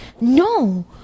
No